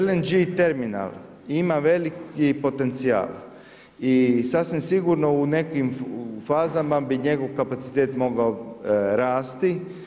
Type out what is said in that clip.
LNG terminal ima veliki potencijal i sasvim sigurno u nekim fazama bi njegov kapacitet mogao rasti.